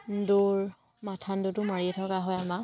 দৌৰ মাথান দৌৰটো মাৰিয়ে থকা হয় আমাৰ